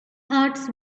hearts